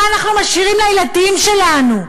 מה אנחנו משאירים לילדים שלנו?